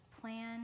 plan